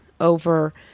over